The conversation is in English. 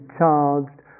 charged